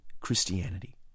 Christianity